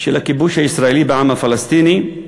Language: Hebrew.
של הכיבוש הישראלי בעם הפלסטיני.